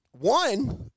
one